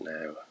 now